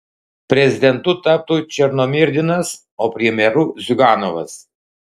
prezidentu taptų černomyrdinas o premjeru ziuganovas